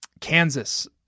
Kansas